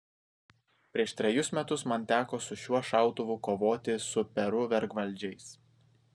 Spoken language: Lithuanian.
prieš trejus metus man teko su šiuo šautuvu kovoti su peru vergvaldžiais